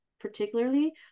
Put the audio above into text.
particularly